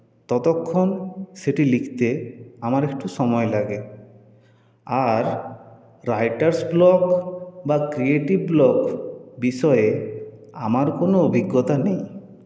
ততক্ষন সেটি লিখতে আমার একটু সময় লাগে আর রাইটার্স ব্লক বা ক্রিয়েটিভ ব্লক বিষয়ে আমার কোনো অভিজ্ঞতা নেই